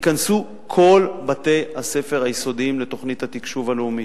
ייכנסו כל בתי-הספר היסודיים לתוכנית התקשוב הלאומית.